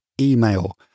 email